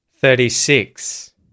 thirty-six